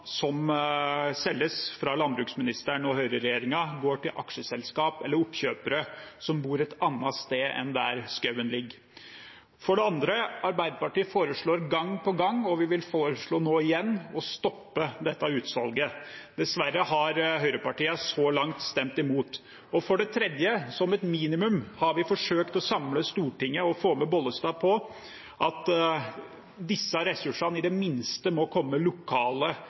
som selges fra landbruksministeren og høyreregjeringen, går til aksjeselskap eller oppkjøpere som bor et annet sted enn der skogen ligger. For det andre: Arbeiderpartiet foreslår gang på gang, og vi vil nå foreslå igjen, å stoppe dette utsalget. Dessverre har høyrepartiene så langt stemt imot. Og for det tredje: Vi har som et minimum forsøkt å samle Stortinget og få med Bollestad på at disse ressursene i det minste må komme lokale